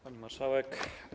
Pani Marszałek!